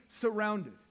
surrounded